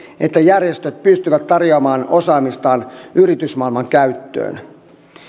että järjestöt pystyvät tarjoamaan osaamistaan yritysmaailman käyttöön